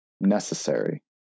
necessary